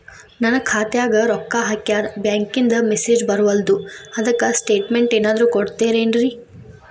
ನನ್ ಖಾತ್ಯಾಗ ರೊಕ್ಕಾ ಹಾಕ್ಯಾರ ಬ್ಯಾಂಕಿಂದ ಮೆಸೇಜ್ ಬರವಲ್ದು ಅದ್ಕ ಸ್ಟೇಟ್ಮೆಂಟ್ ಏನಾದ್ರು ಕೊಡ್ತೇರೆನ್ರಿ?